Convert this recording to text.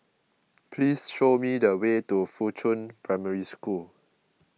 please show me the way to Fuchun Primary School